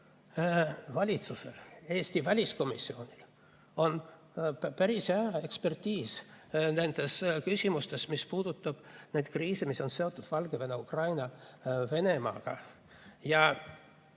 valitsusel, Eesti väliskomisjonil on päris hea ekspertiisi[võime] nendes küsimustes, mis puudutab neid kriise, mis on seotud Valgevene, Ukraina, Venemaaga. Ja